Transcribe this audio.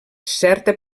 certa